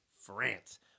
france